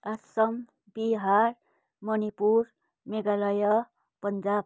Assam Bihar Manipur Meghalaya Punjab